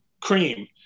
Cream